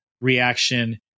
reaction